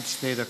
עד שתי דקות.